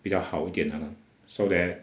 比较好一点的 so that